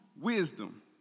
wisdom